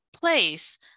place